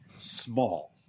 small